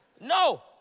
No